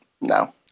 no